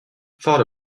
thought